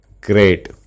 great